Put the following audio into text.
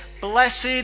Blessed